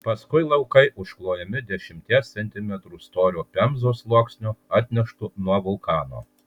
paskui laukai užklojami dešimties centimetrų storio pemzos sluoksniu atneštu nuo vulkano